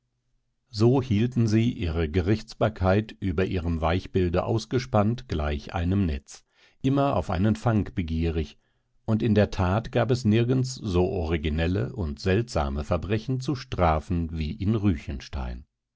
so hielten sie ihre gerichtsbarkeit über ihrem weichbilde ausgespannt gleich einem netz immer auf einen fang begierig und in der tat gab es nirgends so originelle und seltsame verbrechen zu strafen wie zu